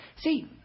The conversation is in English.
See